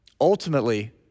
Ultimately